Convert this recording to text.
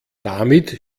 damit